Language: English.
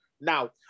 now